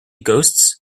ghosts